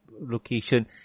location